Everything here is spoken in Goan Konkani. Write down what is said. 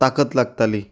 तांकत लागताली